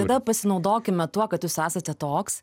tada pasinaudokime tuo kad jūs esate toks